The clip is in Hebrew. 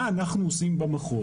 מה אנחנו עושים במחוז?